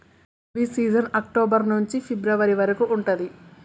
rabi season October నుంచి February వరకు ఉంటది